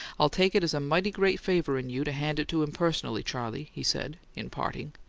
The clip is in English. i'll take it as a mighty great favour in you to hand it to him personally, charley, he said, in parting.